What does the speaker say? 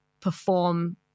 perform